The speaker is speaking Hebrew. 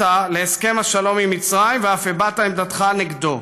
להסכם השלום עם מצרים ואף הבעת עמדתך נגדו.